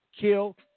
kill